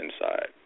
inside